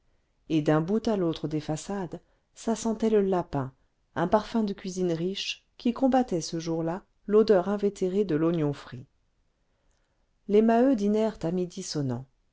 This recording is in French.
et d'un bout à l'autre des façades ça sentait le lapin un parfum de cuisine riche qui combattait ce jour-là l'odeur invétérée de l'oignon frit les maheu dînèrent à midi